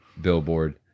billboard